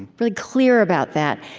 really clear about that,